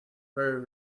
very